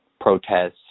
protests